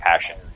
passion